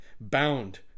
bound